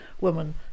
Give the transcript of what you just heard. woman